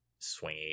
swingy